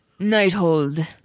Nighthold